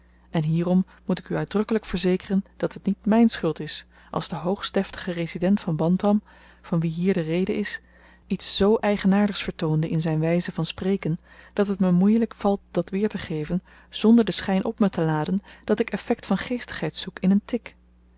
en hierom moet ik u uitdrukkelyk verzekeren dat het niet myn schuld is als de hoogstdeftige resident van bantam van wien hier de rede is iets z eigenaardigs vertoonde in zyn wyze van spreken dat het me moeielyk valt dat weertegeven zonder den schyn op me te laden dat ik effekt van geestigheid zoek in een tic